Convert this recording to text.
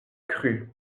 crut